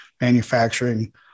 manufacturing